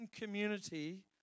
community